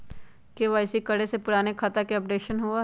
KYC करें से पुराने खाता के अपडेशन होवेई?